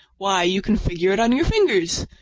why, you can figure it on your fingers!